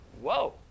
Whoa